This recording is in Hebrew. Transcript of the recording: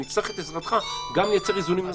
נצטרך את עזרתך גם לייצר איזונים נוספים.